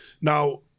Now